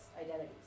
identities